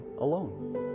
alone